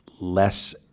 less